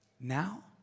now